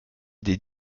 des